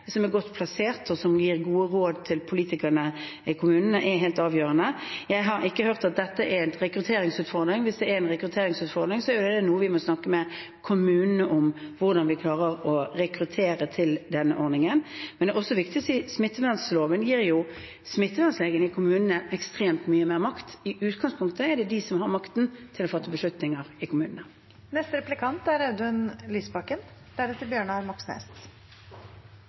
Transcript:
som er godt plassert, og som gir gode råd til politikerne i kommunene, er helt avgjørende. Jeg har ikke hørt at dette er en rekrutteringsutfordring. Hvis det er en rekrutteringsutfordring, må vi jo snakke med kommunene om hvordan vi klarer å rekruttere til den ordningen. Men det er også viktig å si at smittevernloven gir smittevernlegene i kommunene ekstremt mye mer makt. I utgangspunktet er det de som har makten til å fatte beslutninger i kommunene. Norge har betydelig færre intensivplasser enn snittet i OECD, og det er